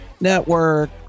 Network